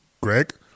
Greg